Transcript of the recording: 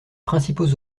principaux